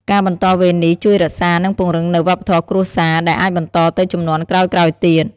ការបន្តវេននេះជួយរក្សា និងពង្រឹងនូវវប្បធម៌គ្រួសារ ដែលអាចបន្តទៅជំនាន់ក្រោយៗទៀត។